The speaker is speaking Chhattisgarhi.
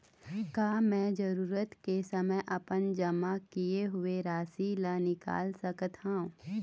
का मैं जरूरत के समय अपन जमा किए हुए राशि ला निकाल सकत हव?